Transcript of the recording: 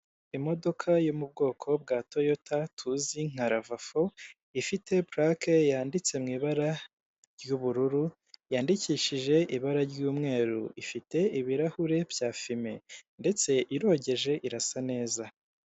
Imodoka yo mu bwoko bwa toyota tuzi nka ravafo ifite purake yanditse mu ibara ry'ubururu yandikishije ibara ry'umweru, ifite ibirahure bya fime ndetse irogeje irasa neza.